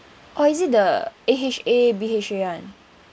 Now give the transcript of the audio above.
oh is it the A_H_A B_H_A [one]